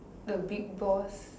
the big boss